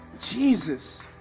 Jesus